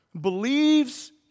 believes